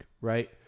right